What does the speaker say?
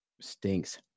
Stinks